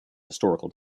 historical